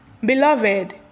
Beloved